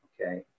okay